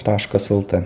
taškas lt